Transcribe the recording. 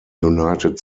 united